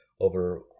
over